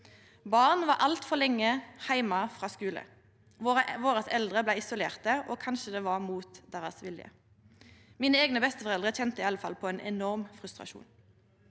Barn var altfor lenge heime frå skulen. Våre eldre blei isolerte, og kanskje det var mot deira vilje. Mine eigne besteforeldre kjente i alle fall på ein enorm frustrasjon.